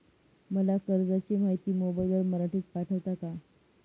मला कर्जाची माहिती मोबाईलवर मराठीत पाठवता का?